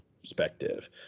perspective